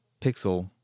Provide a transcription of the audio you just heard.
pixel